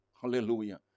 Hallelujah